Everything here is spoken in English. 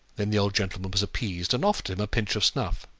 then the old gentleman was appeased, and offered him a pinch of snuff.